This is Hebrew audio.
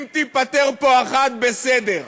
אם תיפתר פה אחת, בסדר,